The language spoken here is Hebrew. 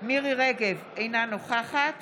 מירי מרים רגב, אינה נוכחת